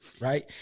right